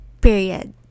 Period